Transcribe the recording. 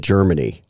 Germany